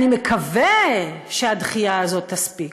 אני מקווה שהדחייה הזאת תספיק,